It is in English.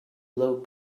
low